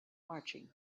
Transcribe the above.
marching